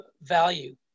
value